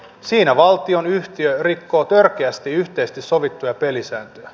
siinä valtionyhtiö rikkoo törkeästi yhteisesti sovittuja pelisääntöjä